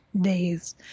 days